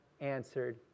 answered